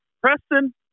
Preston